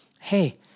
hey